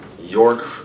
York